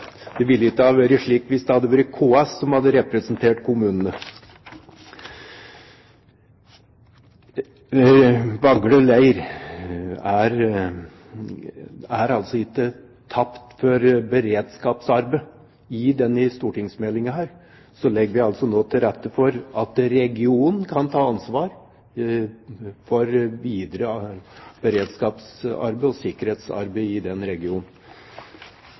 Det ville ikke ha vært slik hvis det hadde vært KS som hadde representert kommunene. Vagle leir er altså ikke tapt for beredskapsarbeid. I denne stortingsmeldingen legger vi nå til rette for at regionen kan ta ansvar for videre beredskapsarbeid og sikkerhetsarbeid i den regionen.